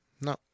No